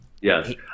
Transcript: Yes